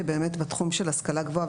שבאמת בתחום של השכלה גבוהה,